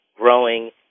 growing